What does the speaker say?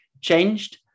changed